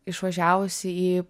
išvažiavusi į